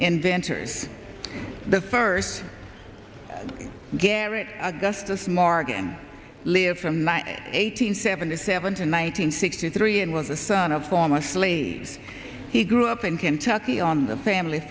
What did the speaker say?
inventors the first garrett augustus morgan live from ny eight hundred seventy seven to nine hundred sixty three and was the son of former slaves he grew up in kentucky on the family